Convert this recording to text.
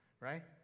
right